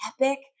epic